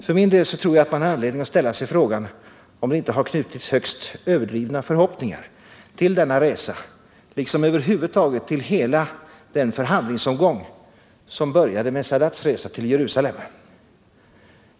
För min del tror jag dock att man har anledning att ställa frågan om det inte har knutits högst överdrivna förhoppningar till denna resa, liksom över huvud taget till hela den förhandlingsomgång som började med Sadats resa till Jerusalem.